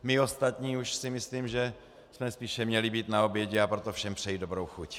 My ostatní už si myslím, že jsme spíše měli být na obědě, a proto všem přeji dobrou chuť.